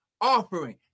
offering